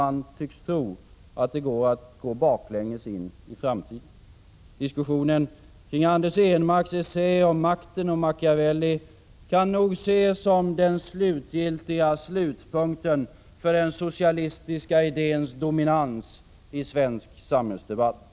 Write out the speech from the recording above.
Man tycks tro, att det går att gå baklänges in i framtiden. Diskussionen kring Anders Ehnmarks essä om makten och Machiavelli kan ses som den slutgiltiga slutpunkten för den socialistiska idéns dominans i svensk samhällsdebatt.